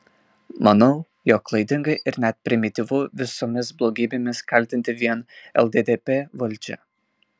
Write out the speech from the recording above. manau jog klaidinga ir net primityvu visomis blogybėmis kaltinti vien lddp valdžią